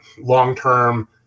long-term